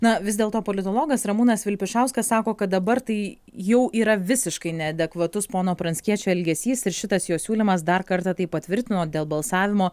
na vis dėlto politologas ramūnas vilpišauskas sako kad dabar tai jau yra visiškai neadekvatus pono pranckiečio elgesys ir šitas jo siūlymas dar kartą tai patvirtino dėl balsavimo